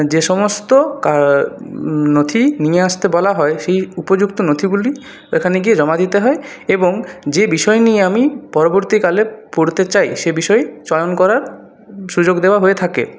যে সমস্ত নথি নিয়ে আসতে বলা হয় সেই উপযুক্ত নথিগুলি এখানে গিয়ে জমা দিতে হয় এবং যে বিষয় নিয়ে আমি পরবর্তীকালে পড়তে চাই সে বিষয় চয়ন করার সুযোগ দেওয়া হয়ে থাকে